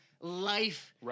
life